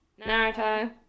Naruto